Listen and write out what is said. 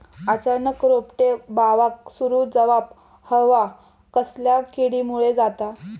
अचानक रोपटे बावाक सुरू जवाप हया कसल्या किडीमुळे जाता?